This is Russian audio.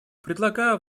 предлагаю